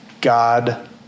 God